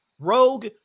Rogue